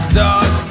dog